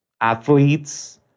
athletes